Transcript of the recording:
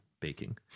baking